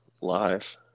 live